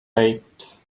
eighth